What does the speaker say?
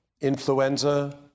Influenza